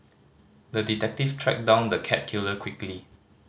the detective tracked down the cat killer quickly